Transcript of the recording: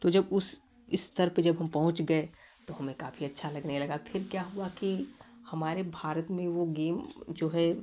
तो जब उस इस स्तर पर जब हम पहुँच गए तो हमें काफ़ी अच्छा लगाने लगा फिर क्या हुआ कि हमारे भारत में वो गेम जो है